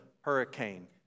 hurricane